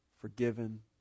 forgiven